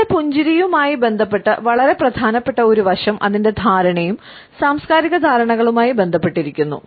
നമ്മുടെ പുഞ്ചിരിയുമായി ബന്ധപ്പെട്ട വളരെ പ്രധാനപ്പെട്ട ഒരു വശം അതിന്റെ ധാരണയും സാംസ്കാരിക ധാരണകളുമായി ബന്ധപ്പെട്ടിരിക്കുന്നു